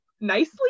nicely